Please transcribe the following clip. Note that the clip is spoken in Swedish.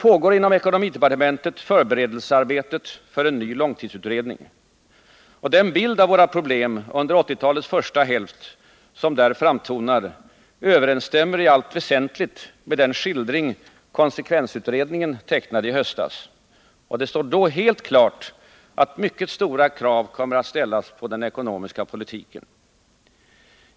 Inom ekonomidepartementet pågår nu arbetet med förberedelser för en ny långtidsutredning. Den bild av våra problem under 1980-talets första hälft som där framtonar överensstämmer i allt väsentligt med den skildring konsekvensutredningen tecknade i höstas. Det står då helt klart att mycket stora krav kommer att ställas på den ekonomiska politiken.